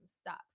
stocks